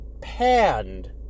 panned